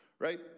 Right